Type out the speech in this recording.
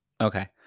Okay